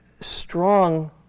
strong